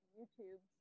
YouTube